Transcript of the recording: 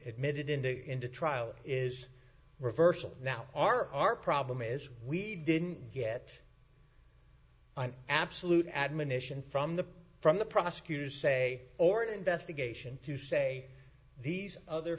admitted into into trial is reversal now are our problem is we didn't get an absolute admonition from the from the prosecutors say or an investigation to say these other